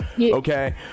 Okay